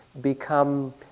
become